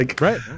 right